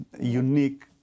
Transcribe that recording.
unique